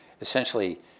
essentially